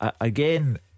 Again